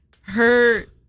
hurt